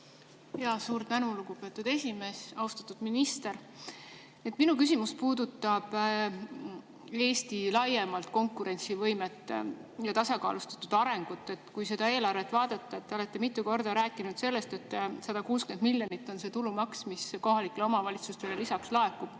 Suur tänu, lugupeetud esimees! Austatud minister! Minu küsimus puudutab Eesti laiemat konkurentsivõimet ja tasakaalustatud arengut. Kui seda eelarvet vaadata, te olete mitu korda rääkinud sellest, et 160 miljonit on see tulumaks, mis kohalikele omavalitsustele lisaks laekub.